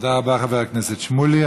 תודה רבה, חבר הכנסת שמולי.